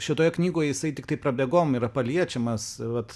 šitoje knygoje jisai tiktai prabėgom yra paliečiamas vat